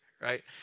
right